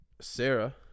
Sarah